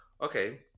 Okay